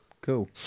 Cool